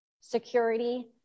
security